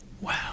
Wow